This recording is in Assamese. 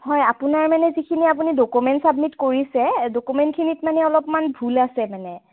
হয় আপোনাৰ মানে যিখিনি আপুনি ডকুমেণ্ট ছাবমিট কৰিছে ডকুমেণ্টখিনিত মানে অলপমান ভুল আছে মানে